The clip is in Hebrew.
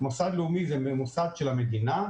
מוסד לאומי הוא מוסד של המדינה,